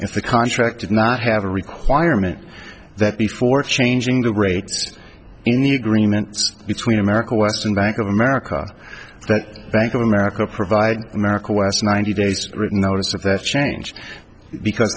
if the contract did not have a requirement that before changing the rates in the agreement between america west and bank of america that bank of america provided america west ninety days written notice of that change because